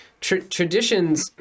Traditions